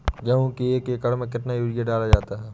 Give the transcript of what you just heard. गेहूँ के एक एकड़ में कितना यूरिया डाला जाता है?